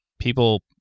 people